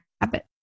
habit